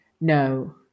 No